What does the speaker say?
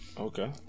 Okay